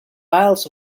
miles